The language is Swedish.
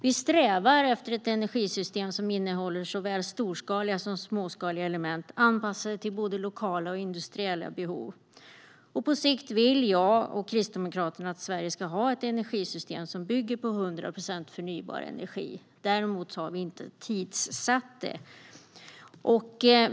Vi strävar efter ett energisystem som innehåller såväl storskaliga som småskaliga element anpassade till både lokala och industriella behov. På sikt vill jag och Kristdemokraterna att Sverige ska ha ett energisystem som bygger på 100 procent förnybar energi. Däremot har vi inte tidssatt det.